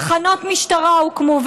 תחנות משטרה הוקמו,